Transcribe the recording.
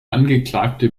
angeklagte